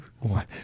one